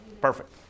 perfect